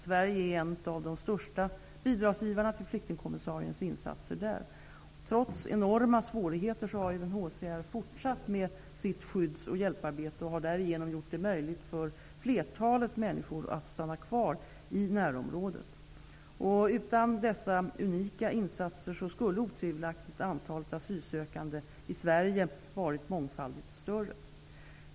Sverige är en av de största bidragsgivarna till flyktingkommissariens insatser där. Trots enorma svårigheter har UNHCR fortsatt med sitt skydds och hjälparbete och har därigenom gjort det möjligt för flertalet människor att stanna kvar i närområdet. Utan dessa unika insatser skulle otvivelaktigt antalet asylsökande i Sverige varit mångfaldigt större.